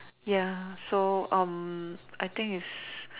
ya so I think it's